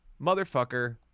motherfucker